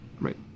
Right